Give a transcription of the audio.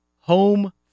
home